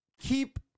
keep